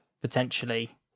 potentially